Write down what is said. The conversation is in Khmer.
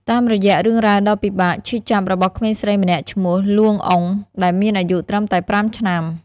តាមរយៈរឿងរ៉ាវដ៏ពិបាក ឈឺចាប់ របស់ក្មេងស្រីម្នាក់ឈ្មោះ លួង អ៊ុង ដែលមានអាយុត្រឹមតែ ៥ ឆ្នាំ។